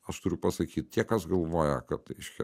aš turiu pasakyt tie kas galvoja kad reiškia